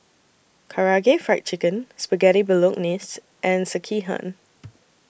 Karaage Fried Chicken Spaghetti Bolognese and Sekihan